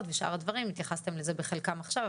ושאר הדברים - התייחסתם לזה חלקית עכשיו,